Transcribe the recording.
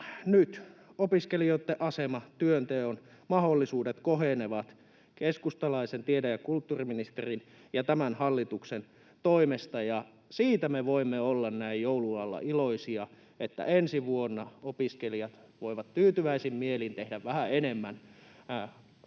nyt opiskelijoitten asema, työnteon mahdollisuudet kohenevat keskustalaisen tiede- ja kulttuuriministerin ja tämän hallituksen toimesta, ja siitä me voimme olla näin joulun alla iloisia, että ensi vuonna opiskelijat voivat tyytyväisin mielin tehdä vähän enemmän tulotasonsa